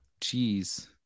Jeez